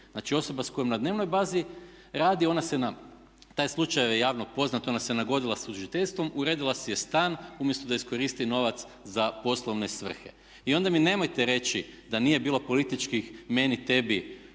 Znači osoba s kojom na dnevnoj bazi radi ona se na, taj slučaj je javno poznat, ona se nagodila sa tužiteljstvom, uredila si je stan umjesto da iskoristi novac za poslovne svrhe. I onda mi nemojte reći da nije bilo političkih meni-tebi